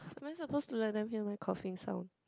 am I supposed to let them hear my coughing sound